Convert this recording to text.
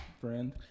friend